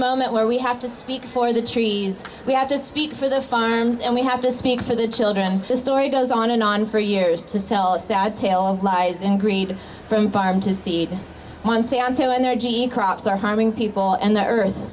moment where we have to speak for the trees we have to speak for the farms and we have to speak for the children this story goes on and on for years to sell this sad tale of lies and green from farm to seed monsanto and their g m crops are harming people and the earth